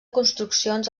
construccions